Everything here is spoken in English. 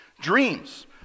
Dreams